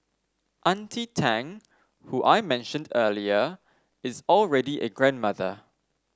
auntie Tang who I mentioned earlier is already a grandmother